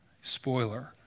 Spoiler